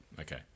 Okay